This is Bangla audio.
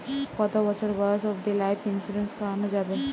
কতো বছর বয়স অব্দি লাইফ ইন্সুরেন্স করানো যাবে?